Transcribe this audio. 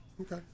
okay